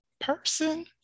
person